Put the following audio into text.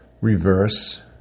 reverse